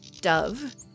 dove